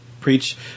preach